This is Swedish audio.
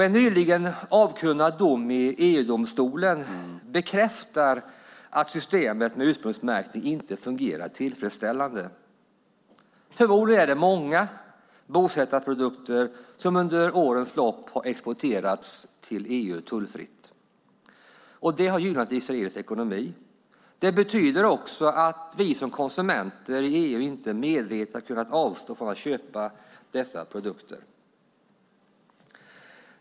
En nyligen avkunnad dom i EU-domstolen bekräftar att systemet med ursprungsmärkning inte fungerar tillfredsställande. Förmodligen är det många bosättarprodukter som under årens lopp har exporterats tullfritt till EU. Det har gynnat israelisk ekonomi. Det betyder också att konsumenter i EU inte medvetet har kunnat avstå från att köpa dessa produkter.